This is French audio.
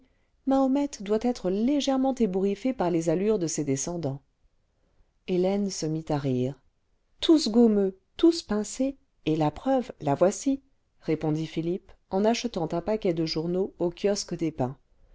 mahomet doit être légèrement ébouriffé par les allures de ses descendants hélène se mit à rire ce tous gommeux tous pinces j et la preuve la voici répondit philippe en achetant un paquet de journaux an kiosque des bains